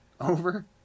Over